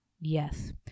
Yes